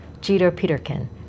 Jeter-Peterkin